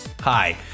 Hi